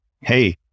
Hey